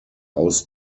aus